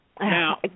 Now